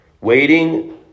Waiting